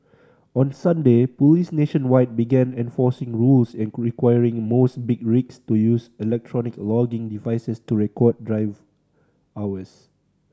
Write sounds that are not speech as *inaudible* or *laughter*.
on Sunday police nationwide began enforcing rules *unintelligible* requiring most big rigs to use electronic logging devices to record drive hours